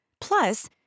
Plus